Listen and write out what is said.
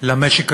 למשק הישראלי,